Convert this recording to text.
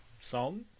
song